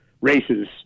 races